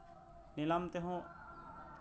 ᱱᱤᱞᱟᱢ ᱛᱮᱦᱚᱸ